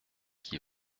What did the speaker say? qui